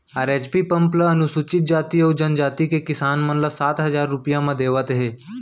चार HP pump ल अनुसूचित जाति अउ जनजाति के किसान मन ल सात हजार रूपिया म देवत हे